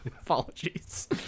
Apologies